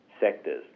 sectors